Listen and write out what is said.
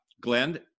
Glenn